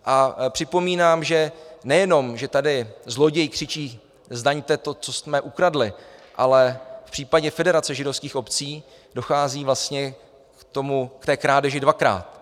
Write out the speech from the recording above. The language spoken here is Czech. A připomínám, že nejenom že tady zloděj křičí Zdaňte to, co jsme ukradli!, ale v případě Federace židovských obcí dochází vlastně k té krádeži dvakrát.